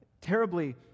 terribly